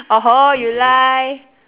!oho! you lie